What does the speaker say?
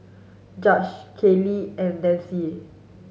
Judge Katlyn and Nanci